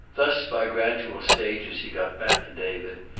thus by gradual stages he got back to david,